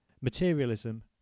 Materialism